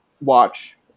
watch